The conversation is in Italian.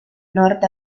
nord